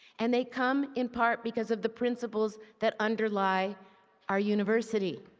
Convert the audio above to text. and they come in part because of the principles that underlie our university.